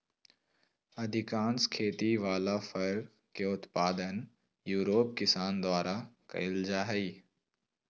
अधिकांश खेती वला फर के उत्पादन यूरोप किसान द्वारा कइल जा हइ